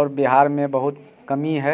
और बिहार में बहुत कमी है